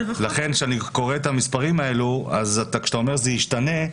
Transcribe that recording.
כשאני קורא את המספרים האלה ואתה אומר שזה ישתנה,